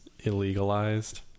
illegalized